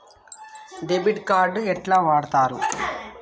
Debit card ఎట్లా వాడుతరు?